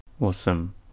awesome